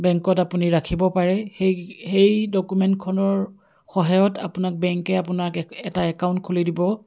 বেংকত আপুনি ৰাখিব পাৰে সেই সেই ডকুমেণ্টখনৰ সহায়ত আপোনাক বেংকে আপোনাক এ এটা একাউণ্ট খুলি দিব